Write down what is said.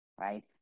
right